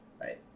right